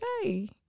Okay